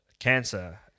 Cancer